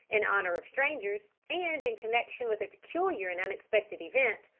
in honour of strangers, and in connection with a peculiar and unexpected event,